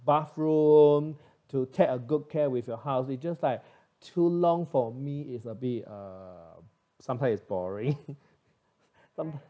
bathroom to take a good care with your house it just like too long for me is a bit uh sometimes it's boring some